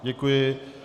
Děkuji.